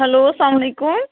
hello السلام علیکُم